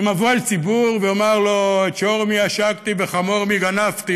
אם אבוא אל ציבור ואומר לו: את שור מי עשקתי וחמור מי גנבתי,